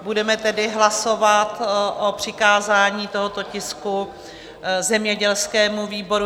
Budeme tedy hlasovat o přikázání tohoto tisku zemědělskému výboru.